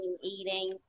eating